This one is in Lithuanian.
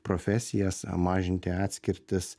profesijas mažinti atskirtis